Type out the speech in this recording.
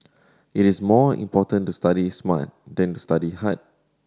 it is more important to study smart than to study hard